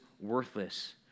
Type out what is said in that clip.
worthless